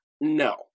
No